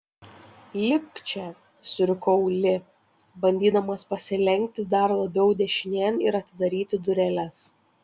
lipk čia surikau li bandydamas pasilenkti dar labiau dešinėn ir atidaryti dureles